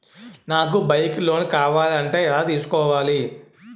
నాకు bike loan కావాలంటే ఎలా తీసుకోవాలి?